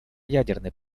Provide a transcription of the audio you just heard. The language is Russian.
ядерной